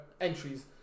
Entries